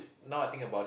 now I think about it